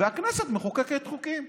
והכנסת מחוקקת חוקים,